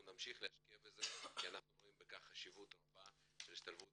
אנחנו נמשיך להשקיע בזה כי אנחנו רואים בכך חשיבות רבה של השתלבות